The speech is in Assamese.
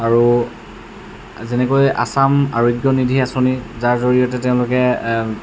আৰু যেনেকৈ আছাম আৰোগ্য নিধি আঁচনি যাৰ জৰিয়তে তেওঁলোকে